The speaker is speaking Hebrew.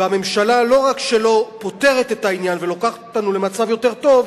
הממשלה לא רק שלא פותרת את העניין ולוקחת אותנו למצב יותר טוב,